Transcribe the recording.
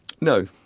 No